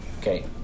Okay